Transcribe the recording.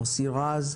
מוסי רז,